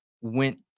went